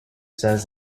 says